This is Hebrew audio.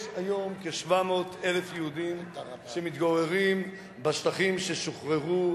יש היום כ-700,000 יהודים שמתגוררים בשטחים ששוחררו,